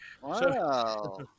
Wow